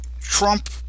Trump